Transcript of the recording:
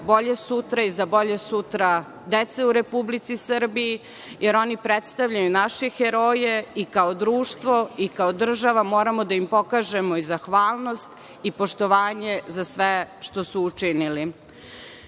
bolje sutra i za bolje sutra dece u Republici Srbiji, jer oni predstavljaju naše heroje i kao društvo i kao država moramo da im pokažemo i zahvalnost i poštovanje za sve što su učinili. Želimo